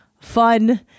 fun